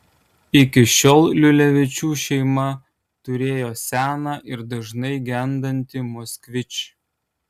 iki šiol liulevičių šeima turėjo seną ir dažnai gendantį moskvič